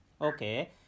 Okay